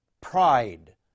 pride